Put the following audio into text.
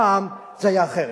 פעם זה היה אחרת.